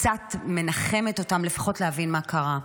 וקצת מנחמת אותם, לפחות להבין מה קרה.